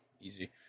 Easy